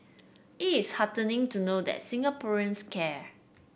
it is heartening to know that Singaporeans care